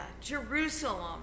Jerusalem